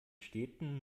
städten